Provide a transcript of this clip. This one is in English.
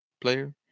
player